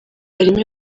harimo